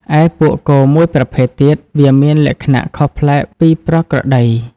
ឯពួកគោមួយប្រភេទទៀត វាមានលក្ខណៈខុសប្លែកពីប្រក្រតី។